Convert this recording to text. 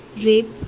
rape